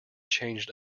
changed